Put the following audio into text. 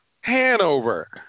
Hanover